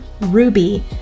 ruby